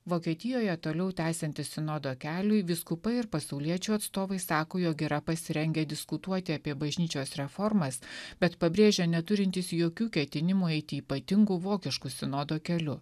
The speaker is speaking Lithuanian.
vokietijoje toliau tęsiantis sinodo keliui vyskupai ir pasauliečių atstovai sako jog yra pasirengę diskutuoti apie bažnyčios reformas bet pabrėžia neturintys jokių ketinimų eiti ypatingu vokišku sinodo keliu